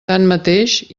tanmateix